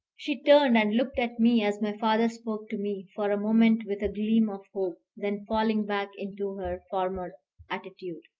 she turned and looked at me as my father spoke to me, for a moment with a gleam of hope, then falling back into her former attitude.